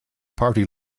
party